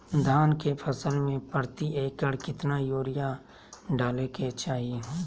धान के फसल में प्रति एकड़ कितना यूरिया डाले के चाहि?